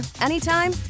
anytime